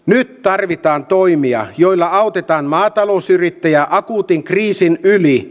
nyt tarvitaan toimia joilla autetaan maatalousyrittäjä akuutin kriisin yli